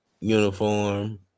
uniform